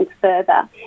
further